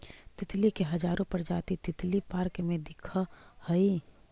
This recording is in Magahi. तितली के हजारो प्रजाति तितली पार्क में दिखऽ हइ